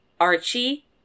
Archie